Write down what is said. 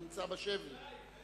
נמצא בשבי.